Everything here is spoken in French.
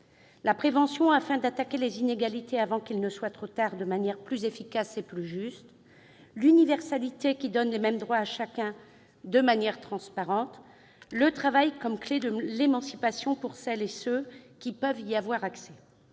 la prévention, afin « d'attaquer les inégalités avant qu'il ne soit trop tard » de manière « plus efficace et plus juste »; l'universalité, « qui donne les mêmes droits à chacun, de manière transparente »; le travail comme « clef de l'émancipation pour toutes celles et ceux qui peuvent y avoir accès